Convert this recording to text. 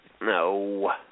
No